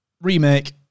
Remake